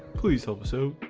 please help so